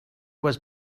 was